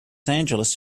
angeles